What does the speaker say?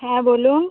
হ্যাঁ বলুন